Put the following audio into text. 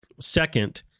Second